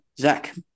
Zach